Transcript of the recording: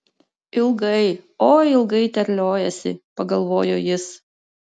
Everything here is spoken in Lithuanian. ilgai oi ilgai terliojasi pagalvojo jis